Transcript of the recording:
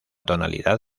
tonalidad